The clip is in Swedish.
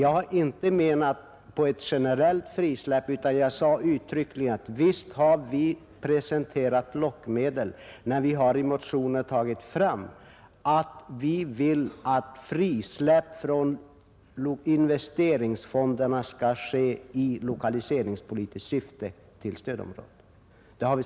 Jag har inte menat ett generellt frisläpp, utan jag sade uttryckligen att visst har vi presenterat lockmedel, när vi i motionen önskar att ett frisläpp från investeringsfonderna skall ske i lokaliseringssyfte till stödområdet.